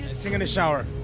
sing in the shower.